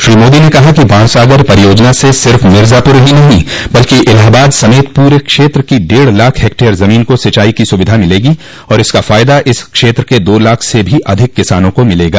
श्री मोदो ने कहा कि बाणसागर परियोजना से सिर्फ मिर्जापुर ही नहीं बल्कि इलाहाबाद समेत इस पूरे क्षेत्र की डेढ़ लाख हेक्टेयर जमीन को सिंचाई की सुविधा मिलेगी और इसका फायदा इस क्षेत्र के दो लाख से भी अधिक किसानों को मिलेगा